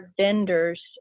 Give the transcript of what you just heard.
vendors